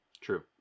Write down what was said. True